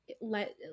let